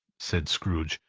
said scrooge,